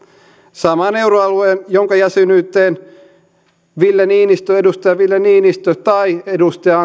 saman euroalueen jonka jäsenyyteen edustaja ville niinistö tai edustaja